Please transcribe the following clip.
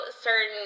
certain